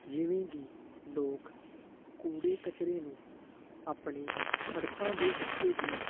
ਜਿਵੇਂ ਕਿ ਲੋਕ ਕੂੜੇ ਕਚਰੇ ਨੂੰ ਆਪਣੇ ਸੜਕਾਂ ਦੇ ਉੱਤੇ ਹੀ